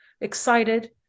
excited